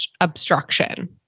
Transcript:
obstruction